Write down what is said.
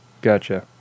Gotcha